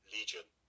Legion